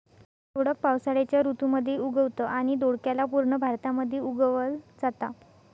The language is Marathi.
दोडक पावसाळ्याच्या ऋतू मध्ये उगवतं आणि दोडक्याला पूर्ण भारतामध्ये उगवल जाता